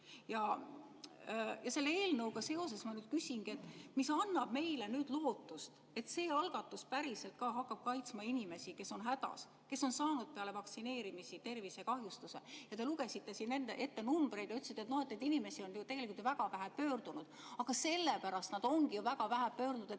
Selle eelnõuga seoses ma küsingi, et mis annab meile nüüd lootust, et see algatus päriselt ka hakkab kaitsma inimesi, kes on hädas, kes on saanud peale vaktsineerimisi tervisekahjustuse. Te lugesite siin enne ette numbreid ja ütlesite, et inimesi on ju tegelikult väga vähe pöördunud. Aga sellepärast nad ongi ju väga vähe pöördunud, et